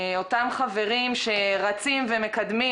אותם חברים שרצים ומקדמים,